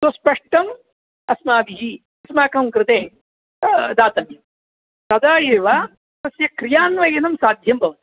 सुस्पष्टम् अस्माभिः अस्माकं कृते दातव्यं तदा एव तस्य क्रियान्वयनं साध्यं भवति